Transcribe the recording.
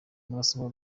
murasabwa